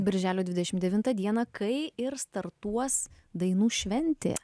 birželio dvidešim devintą dieną kai ir startuos dainų šventė